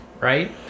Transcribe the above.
Right